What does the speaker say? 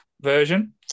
version